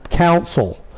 counsel